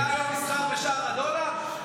היה היום מסחר בשער הדולר?